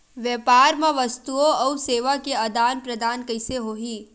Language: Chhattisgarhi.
व्यापार मा वस्तुओ अउ सेवा के आदान प्रदान कइसे होही?